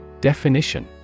Definition